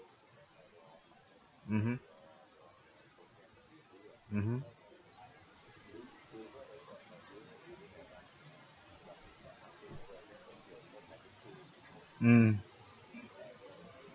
mmhmm mmhmm mm